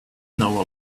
know